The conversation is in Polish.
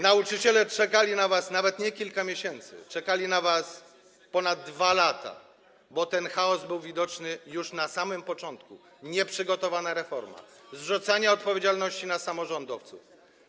Nauczyciele czekali na was nawet nie kilka miesięcy, czekali na was ponad 2 lata, bo ten chaos był widoczny już na samym początku - nieprzygotowana reforma, zrzucanie odpowiedzialności na samorządowców.